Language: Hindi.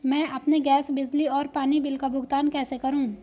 मैं अपने गैस, बिजली और पानी बिल का भुगतान कैसे करूँ?